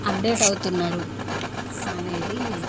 update అవుతున్నారు అనేది